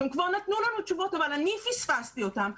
שהם כבר נתנו לנו תשובות אבל אני פספסתי אותן,